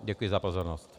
Děkuji za pozornost